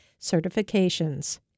certifications